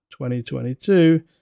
2022